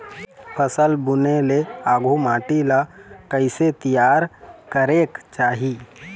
फसल बुने ले आघु माटी ला कइसे तियार करेक चाही?